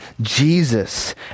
Jesus